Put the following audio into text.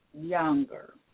younger